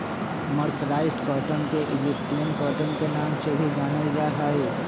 mercerised cotton के Egyptian cotton के नाम से भी जानल जा हई